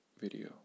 video